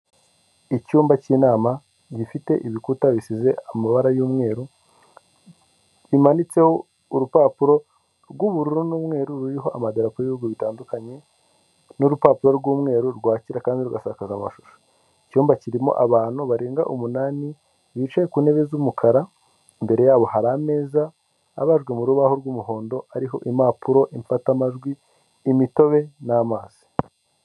Icyumba cy'inama gifite ibikuta bisize amabara y'umweru kimanitseho urupapuro rw'ubururu n'umweru ruriho amagadarapo y'bihugu bitandukanye n'urupapuro rw'umweru rwakira kandi rugasakaza amashusho, icyumba kirimo abantu barenga umunani bicaye ku ntebe z'umukara imbere yabo hari ameza abajwe mu rubaho rw'umuhondo, hariho impapuro imfatamajwi, imitobe, n'amazi.